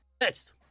Next